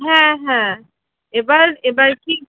হ্যাঁ হ্যাঁ এবার এবার কী